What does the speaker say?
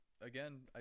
Again